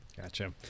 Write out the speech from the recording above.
Gotcha